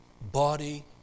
body